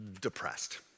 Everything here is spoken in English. depressed